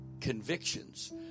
convictions